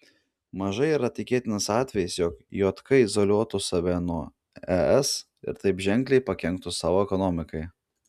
mažai yra tikėtinas atvejis jog jk izoliuotų save nuo es ir taip ženkliai pakenktų savo ekonomikai